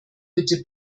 bitte